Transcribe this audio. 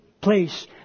place